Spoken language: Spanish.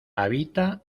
habita